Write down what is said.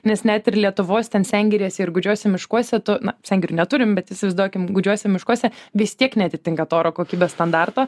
nes net ir lietuvos sengirėse ir gūdžiuose miškuose tu na sengirių ir neturim bet įsivaizduokim gūdžiuose miškuose vis tiek neatitinka to oro kokybės standarto